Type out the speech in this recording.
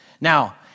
Now